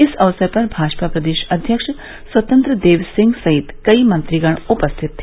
इस अवसर पर भाजपा प्रदेश अध्यक्ष स्वतंत्र देव सिंह सहित कई मंत्रिगण उपस्थित रहे